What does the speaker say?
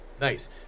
Nice